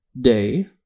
day